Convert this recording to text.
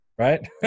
right